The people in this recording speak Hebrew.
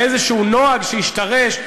לאיזה נוהג שהשתרש,